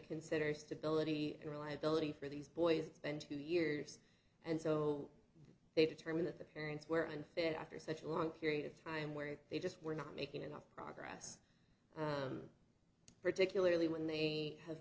consider stability and reliability for these boys spend two years and so they determine that the parents were unfit after such a long period of time where they just were not making enough progress particularly when they have